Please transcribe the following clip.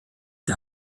der